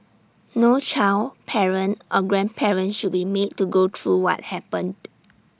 no child parent or grandparent should be made to go through what happened